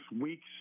weeks